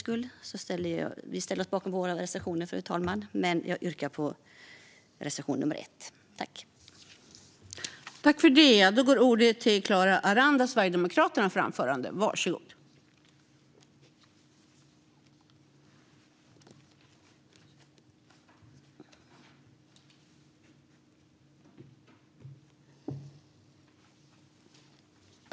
Vi moderater ställer oss bakom alla våra reservationer, men jag yrkar bifall endast till reservation 1.